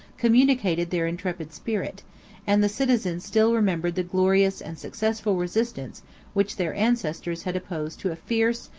communicated their intrepid spirit and the citizens still remembered the glorious and successful resistance which their ancestors had opposed to a fierce,